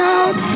out